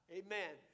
amen